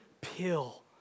pill